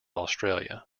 australia